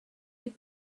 had